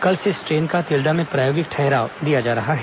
कल से इस ट्रेन का तिल्दा में प्रायोगिक ठहराव दिया जा रहा है